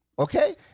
Okay